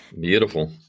Beautiful